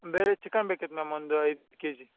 ಬೇರೆ ಚಿಕನ್ ಬೇಕಿತ್ತು ಮ್ಯಾಮ್ ಒಂದು ಐದು ಕೆಜಿ